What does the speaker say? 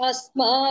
Asma